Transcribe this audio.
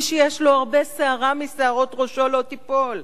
מי שיש לו הרבה, שערה משערות ראשו לא תיפול.